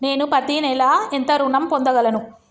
నేను పత్తి నెల ఎంత ఋణం పొందగలను?